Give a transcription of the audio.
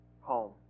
home